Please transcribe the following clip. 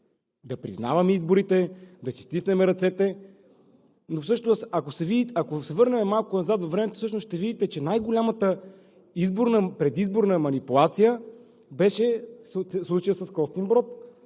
да признаваме изборите, да си стиснем ръцете. Ако се върнем малко назад във времето, ще видите, че най-голямата предизборна манипулация беше случаят с Костинброд,